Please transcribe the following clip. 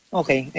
okay